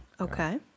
okay